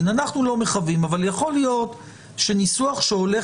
יכול להיות --- אז אני מחזיר